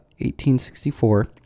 1864